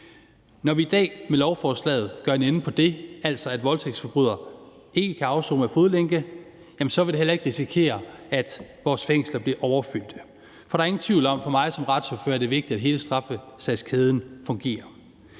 Når vi i dag med lovforslaget gør en ende på det, altså at voldtægtsforbrydere kan afsone med fodlænke, vil vi heller ikke risikere, at vores fængsler bliver overfyldt, for der er ingen tvivl om for mig som retsordfører, at det er vigtigt, at hele straffesagskæden fungerer.